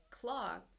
clock